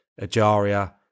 Ajaria